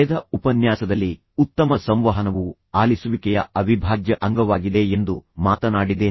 ಕಳೆದ ಉಪನ್ಯಾಸದಲ್ಲಿ ಉತ್ತಮ ಸಂವಹನವು ಆಲಿಸುವಿಕೆಯ ಅವಿಭಾಜ್ಯ ಅಂಗವಾಗಿದೆ ಎಂದು ನಾನು ನಿಮ್ಮೊಂದಿಗೆ ಮಾತನಾಡಿದ್ದೇನೆ